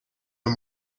and